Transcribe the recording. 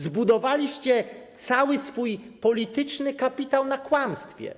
Zbudowaliście cały swój polityczny kapitał na kłamstwie.